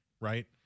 right